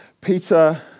Peter